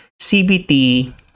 CBT